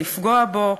לפגוע בו.